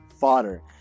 fodder